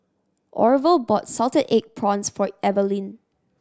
Orval bought salted egg prawns for Evaline